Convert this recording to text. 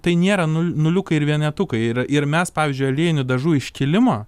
tai nėra nu nuliukai ir vienetukai ir ir mes pavyzdžiui aliejinių dažų iškilimą